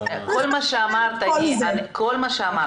את כל מה שאמרת אני מקבלת,